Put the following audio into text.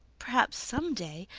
perhaps. some day.